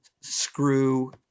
screw